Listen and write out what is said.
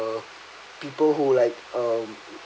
the people who like uh